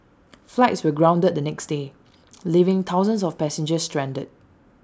flights were grounded the next day leaving thousands of passengers stranded